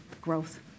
growth